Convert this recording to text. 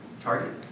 Target